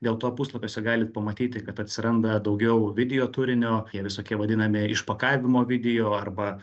dėl to puslapiuose galit pamatyti kad atsiranda daugiau video turinio visokie vadinami išpakavimo video arba